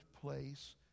place